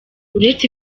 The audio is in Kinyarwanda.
uretse